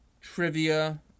trivia